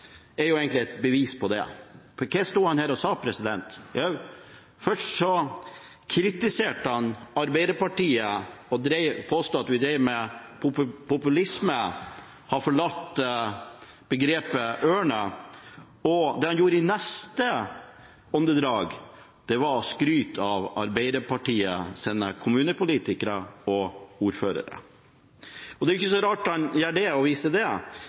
sa? Jo, først kritiserte han Arbeiderpartiet og påsto at vi drev med populisme, at vi har forlatt begrepet «ørna», og det han gjorde i neste åndedrag, var å skryte av Arbeiderpartiets kommunepolitikere og ordførere. Det er ikke så rart at han viser til det. Det er jo engang sånn at i forhold til Fremskrittspartiet er det mange Arbeiderparti-ordførere ute i Kommune-Norge og i regionene. Det er ikke så